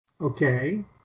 Okay